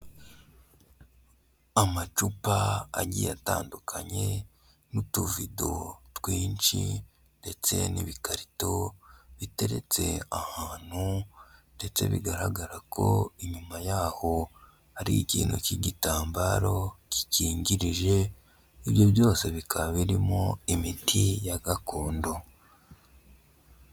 Amacupa agiye atandukanye n'utuvido twinshi ndetse n'ibikarito biteretse ahantu ndetse bigaragara ko inyuma yaho hari ikintu cy'igitambaro gikingirije, ibyo byose bikaba birimo imiti ya gakondo.